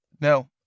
No